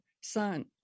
son